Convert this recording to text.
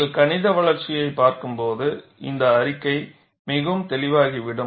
நீங்கள் கணித வளர்ச்சியைப் பார்க்கும்போது இந்த அறிக்கை மிகவும் தெளிவாகிவிடும்